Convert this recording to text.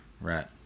right